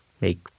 make